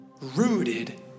rooted